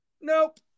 Nope